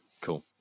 cool